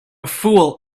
fool